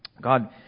God